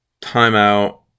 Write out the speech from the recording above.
timeout